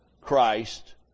Christ